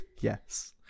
Yes